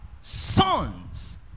sons